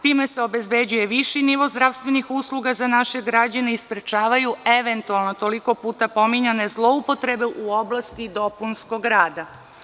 Time se obezbeđuje viši nivo zdravstvenih usluga za naše građane i sprečavaju eventualno toliko puta pominjane zloupotrebe u oblasti dopunskog rada.